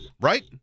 Right